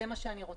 זה מה שאני רוצה.